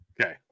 Okay